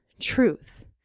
truth